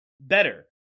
better